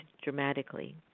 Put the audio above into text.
dramatically